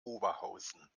oberhausen